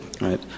Right